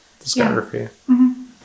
discography